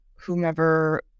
whomever